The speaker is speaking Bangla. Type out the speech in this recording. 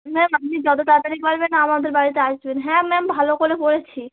ম্যাম আপনি যত তাড়াতাড়ি পারবেন আমাদের বাড়িতে আসবেন হ্যাঁ ম্যাম ভালো করে পড়েছি